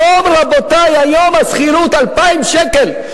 היום, רבותי, השכירות 2,000 שקל.